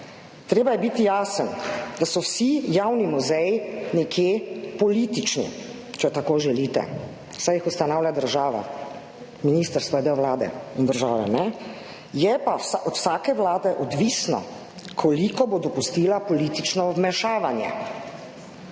Treba je biti jasen, da so vsi javni muzeji nekje politični, če tako želite, saj jih ustanavlja država. Ministrstvo je del Vlade in države, kajne? Je pa od vsake vlade odvisno, koliko bo dopustila politično vmešavanje.